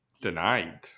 denied